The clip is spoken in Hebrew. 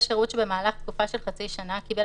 מקבל שירות שבמהלך תקופה של חצי שנה קיבל